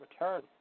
return